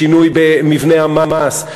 לשינוי במבנה המס,